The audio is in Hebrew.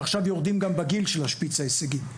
ועכשיו יורדים גם בגיל של השפיץ ההישגי.